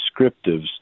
descriptives